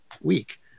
week